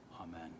Amen